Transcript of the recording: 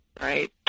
right